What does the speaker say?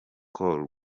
call